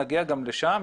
נגיע גם לשם.